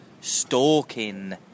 stalking